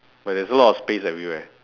but there's a lot of space everywhere